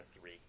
three